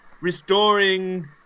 restoring